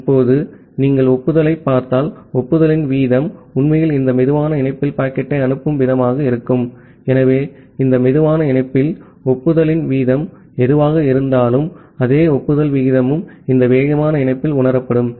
இப்போது நீங்கள் ஒப்புதலைப் பார்த்தால் ஒப்புதலின் வீதம் உண்மையில் இந்த சுலோ இணைப்பில் பாக்கெட்டை அனுப்பும் வீதமாக இருக்கும் ஆகவே இந்த சுலோ இணைப்பில் ஒப்புதலின் வீதம் எதுவாக இருந்தாலும் அதே ஒப்புதல் விகிதமும் இந்த வேகமான இணைப்பில் உணரப்படும்